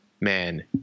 man